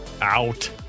Out